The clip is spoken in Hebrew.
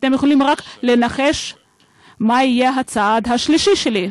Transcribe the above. אתם יכולים רק לנחש מה יהיה הצעד השלישי שלי.